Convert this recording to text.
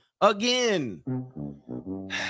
again